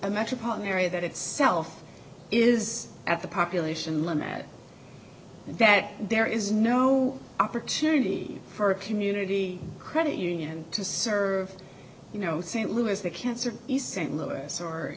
a metropolitan area that itself is at the population limit that there is no opportunity for community credit union to serve you know st louis the cancer east st louis or